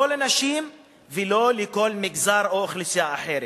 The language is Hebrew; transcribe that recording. לא לנשים ולא לכל מגזר או אוכלוסייה אחרת,